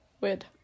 Weird